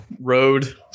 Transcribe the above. road